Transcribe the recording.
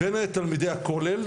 בין תלמידי הכולל,